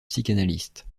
psychanalyste